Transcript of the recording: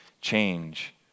change